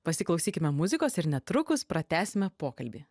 pasiklausykime muzikos ir netrukus pratęsime pokalbį